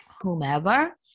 whomever